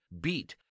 beat